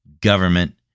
government